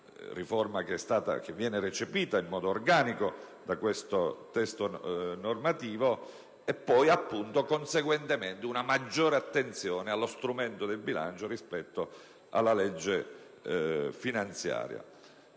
riforma che viene recepita in modo organico da questo testo normativo; poi, conseguentemente, è stata riservata maggiore attenzione allo strumento del bilancio rispetto alla legge finanziaria.